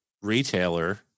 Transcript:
Retailer